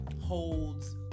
holds